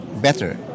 better